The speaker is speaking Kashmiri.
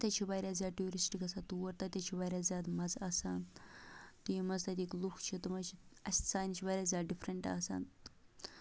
اَتہِ حظ چھِ واریاہ زیادٕ ٹیوٗرِسٹ گژھان تور تَتہِ حظ چھِ واریاہ زیادٕ مَزٕ آسان تہٕ یِم حظ تَتِکۍ لُکھ چھِ تِم حظ چھِ اَسہِ سانہِ چھِ واریاہ زیادٕ ڈِفرَنٹ آسان